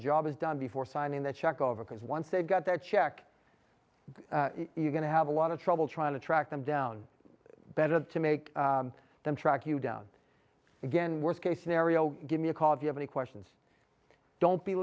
job is done before signing that check over because once they've got that check you're going to have a lot of trouble trying to track them down better to make them track you down again worst case scenario give me a call if you have any questions don't be